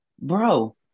bro